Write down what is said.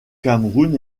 cameroun